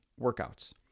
workouts